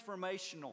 transformational